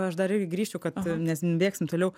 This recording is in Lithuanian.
aš dar irgi grįšiu kad nes bėgsim toliau